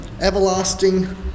everlasting